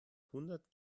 hundert